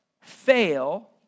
fail